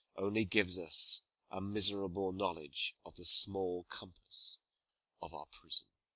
only gives us a miserable knowledge of the small compass of our prison.